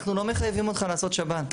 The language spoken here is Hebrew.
אנחנו לא מחייבים אותך לעשות שב"ן.